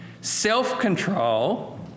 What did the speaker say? Self-control